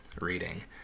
reading